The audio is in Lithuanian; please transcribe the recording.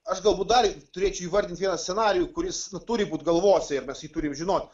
aš galbūt dar turėčiau įvardyt vieną scenarijų kuris turi būt galvose ir mes jį turim žinot